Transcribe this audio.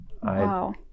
Wow